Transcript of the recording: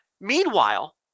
Meanwhile